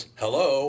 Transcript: hello